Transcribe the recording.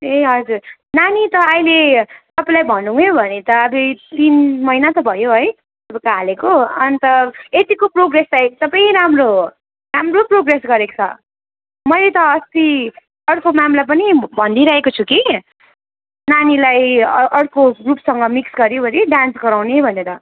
ए हजुर नानी त अहिले तपाईँलाई भनौँ नै भने त अब तिन महिना त भयो है तपाईँको हालेको अन्त यत्तिको प्रोग्रेस चाहिँ एकदमै राम्रो हो राम्रो प्रोग्रेस गरेको छ मैले त अस्ति अर्को म्यामलाई पनि भनिदिई रहेको छु कि नानीलाई अ अर्को ग्रुपसँग मिक्स गरिवरी डान्स गराउने भनेर